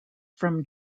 from